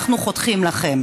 אנחנו חותכים לכם